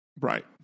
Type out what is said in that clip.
Right